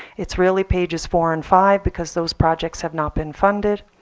it's really pages four and five because those projects have not been funded.